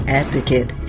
advocate